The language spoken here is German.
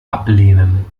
ablehnen